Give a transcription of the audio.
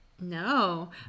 No